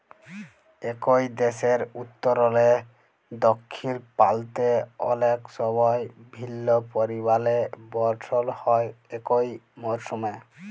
একই দ্যাশের উত্তরলে দখ্খিল পাল্তে অলেক সময় ভিল্ল্য পরিমালে বরসল হ্যয় একই মরসুমে